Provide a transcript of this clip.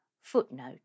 Footnote